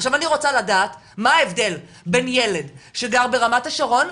עכשיו אני רוצה לדעת מה ההבדל בין ילד שגר ברמת השרון,